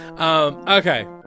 Okay